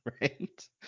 right